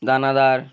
দানাদার